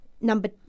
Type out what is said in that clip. number